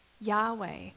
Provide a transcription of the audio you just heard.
Yahweh